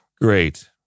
great